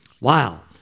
Wow